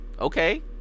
Okay